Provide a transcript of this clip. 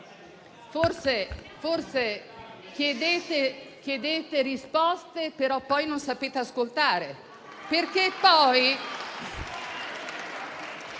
Forse chiedete risposte, però poi non sapete ascoltare.